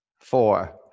four